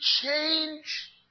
change